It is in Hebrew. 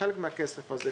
שהחלק מהכסף הזה,